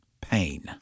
pain